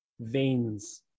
veins